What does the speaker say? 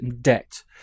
debt